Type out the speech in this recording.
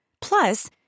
Plus